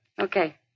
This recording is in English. Okay